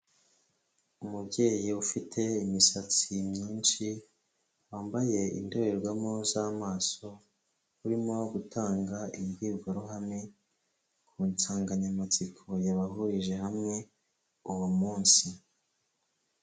Umubyeyi ufite imisatsi myinshi wambaye indorerwamo z'amaso urimo gutanga imbwirwaruhame ku nsanganyamatsiko yabahurije hamwe uwo munsi.